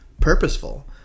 purposeful